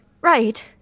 Right